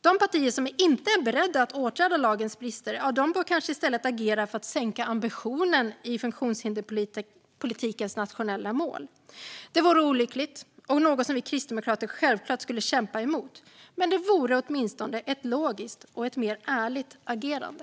De partier som inte är beredda att åtgärda lagens brister bör kanske i stället agera för att sänka ambitionen i funktionshinderspolitikens nationella mål. Det vore olyckligt och något som vi kristdemokrater självklart skulle kämpa emot. Men det vore åtminstone ett logiskt och mer ärligt agerande.